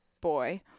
boy